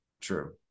True